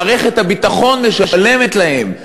מערכת הביטחון משלמת להם.